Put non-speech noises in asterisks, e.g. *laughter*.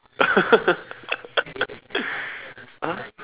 *laughs* !huh!